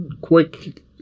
quick